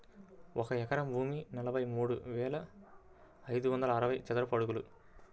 ఒక ఎకరం భూమి నలభై మూడు వేల ఐదు వందల అరవై చదరపు అడుగులు